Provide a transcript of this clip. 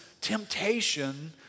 temptation